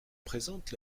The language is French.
présente